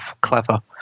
clever